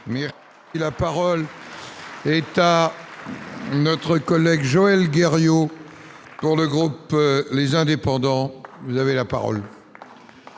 Mais la parole est à. Notre collègue Joël guerrier pour le groupe, les indépendants, vous avez la parole.